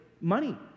money